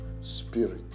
Spirit